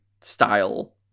style